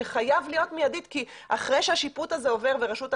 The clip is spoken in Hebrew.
שחייב להיות מיידי כי אחרי שהשיפוט הזה עובר ורשות המים,